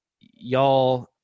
y'all